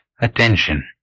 attention